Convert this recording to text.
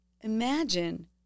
imagine